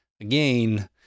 Again